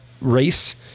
race